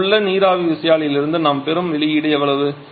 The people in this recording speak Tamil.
இப்போது உள்ளே உள்ள நீராவி விசையாழியிலிருந்து நாம் பெறும் வெளியீடு எவ்வளவு